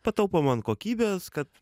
pataupoma ant kokybės kad